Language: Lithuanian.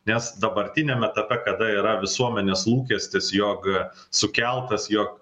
nes dabartiniam etape kada yra visuomenės lūkestis jog sukeltas jog